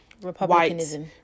Republicanism